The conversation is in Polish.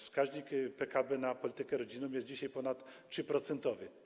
Wskaźnik PKB na politykę rodzinną jest dzisiaj ponad 3-procentowy.